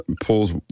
pulls